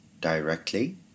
directly